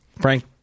Frank